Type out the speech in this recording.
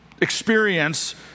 experience